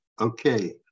Okay